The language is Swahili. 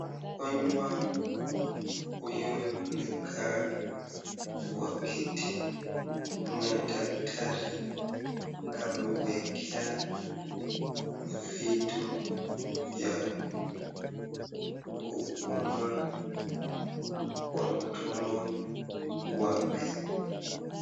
Mgonjwa huyu amekaa kwa kiti na daktari amewekea vitu vya kupumua kwa mdomo wake.